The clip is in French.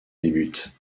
débute